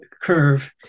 curve